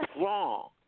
wrong